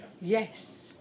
Yes